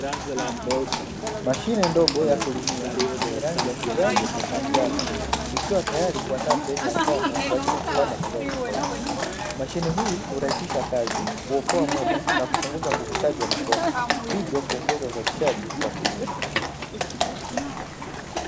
Mashine ndogo ya kulimia yenye rangi ya kijani na njano ikiwa tayari kuandaa sehemu ya shamba kwa ajili ya kupata mazao tofauti, mashine hii hurahisisha kazi, kuokoa muda na kupunguza nguvu kazi ya mikono hivyo kuongeza uzalishaji wa kilimo.